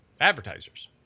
advertisers